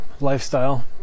lifestyle